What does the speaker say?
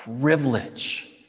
privilege